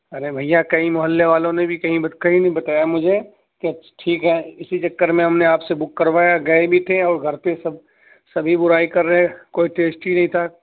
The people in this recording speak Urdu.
ارے بھیا کئی محلے والوں نے بھی کئی کہیں نہیں بتایا مجھے کہ ٹھیک ہے اسی چکر میں ہم نے آپ سے بک کروایا گئے بھی تھے اور گھر پہ سب سبھی برائی کر رہے کوئی ٹیسٹ ہی نہیں تھا